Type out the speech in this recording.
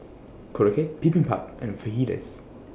Korokke Bibimbap and Fajitas